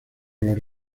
los